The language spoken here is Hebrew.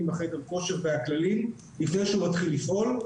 עם חדר הכושר והכללים לפני שהוא מתחיל לפעול.